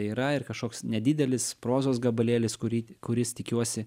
yra ir kašoks nedidelis prozos gabalėlis kurį kuris tikiuosi